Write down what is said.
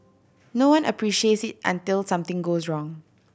no one appreciates it until something goes wrong